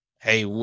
hey